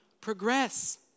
progress